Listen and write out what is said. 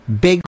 big